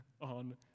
on